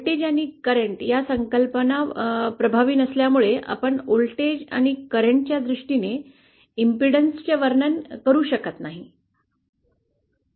voltage आणि current या संकल्पना प्रभावी नसल्यामुळे आपण व्होल्टेज आणि करंट च्या दृष्टीने इम्पेडन्सचे वर्णन करू शकत नाही